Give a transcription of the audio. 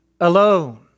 alone